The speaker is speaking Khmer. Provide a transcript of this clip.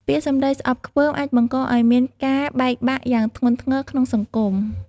ពាក្យសម្ដីស្អប់ខ្ពើម អាចបង្កឲ្យមានការបែកបាក់យ៉ាងធ្ងន់ធ្ងរក្នុងសង្គម។